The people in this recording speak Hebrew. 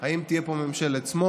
אם תהיה פה ממשלת שמאל